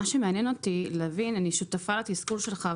אני שותפה לתסכול שלך,